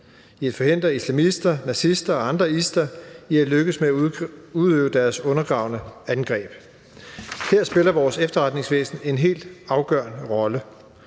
at forhindre islamister, nazister og andre ister i at lykkes med at udøve deres undergravende angreb. Her spiller vores efterretningsvæsener en helt afgørende rolle.